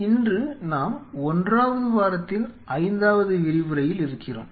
இன்று நாம் 1வது வாரத்தின் 5வது விரிவுரையில் இருக்கிறோம்